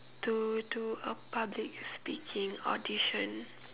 to do a public speaking audition